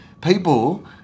people